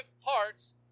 parts